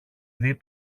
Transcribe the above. δει